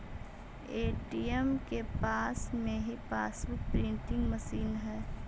ATM के पास में ही पासबुक प्रिंटिंग मशीन हई